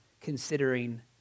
considering